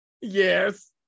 Yes